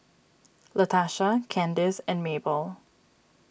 Latarsha Candis and Mabell